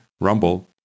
Rumble